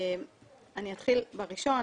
אני אתחיל בראשון.